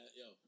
yo